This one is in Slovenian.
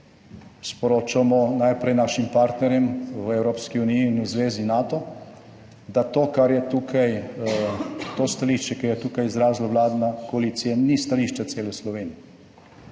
sporočamo najprej našim partnerjem v Evropski uniji in v zvezi Nato, da to, kar je tukaj, to stališče, ki ga je tukaj izrazila vladna koalicija, ni stališče cele Slovenije.